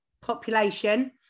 population